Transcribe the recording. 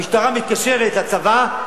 המשטרה מתקשרת לצבא,